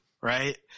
right